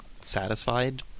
satisfied